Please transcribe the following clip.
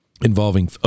involving